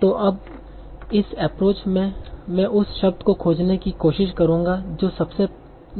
तो अब इस एप्रोच में मैं उस शब्द को खोजने की कोशिश करूंगा जो सबसे